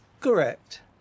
Correct